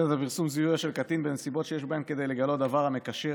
זיהויו של קטין בנסיבות שיש בהן כדי לגלות דבר המקשר